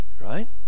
right